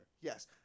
yes